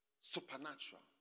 Supernatural